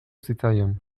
zitzaion